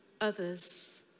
others